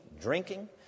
drinking